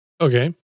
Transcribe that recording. Okay